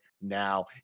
now